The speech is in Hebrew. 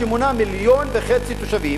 שמונה 1.5 מיליון תושבים,